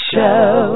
Show